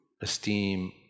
esteem